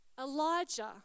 Elijah